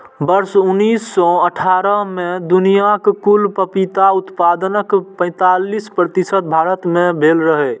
वर्ष उन्नैस सय अट्ठारह मे दुनियाक कुल पपीता उत्पादनक पैंतालीस प्रतिशत भारत मे भेल रहै